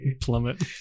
plummet